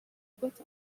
put